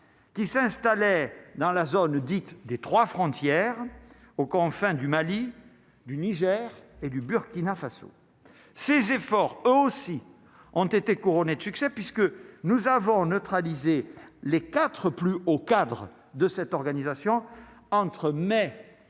qui s'installait dans la zone dite des trois frontières aux confins du Mali, du Niger et du Burkina Faso, ces efforts aussi ont été couronnés de succès puisque nous avons neutralisé les 4 plus hauts cadres de cette organisation entre mai et